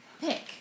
Pick